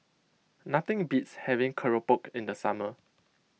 nothing beats having Keropok in the summer